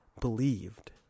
believed